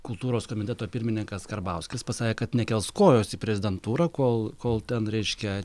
kultūros komiteto pirmininkas karbauskis pasakė kad nekels kojos į prezidentūrą kol kol ten reiškia